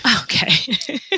Okay